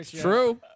True